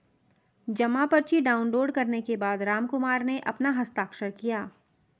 जमा पर्ची डाउनलोड करने के बाद रामकुमार ने अपना हस्ताक्षर किया